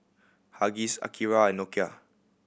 Huggies Akira and Nokia